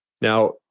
Now